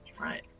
Right